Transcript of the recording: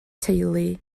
teulu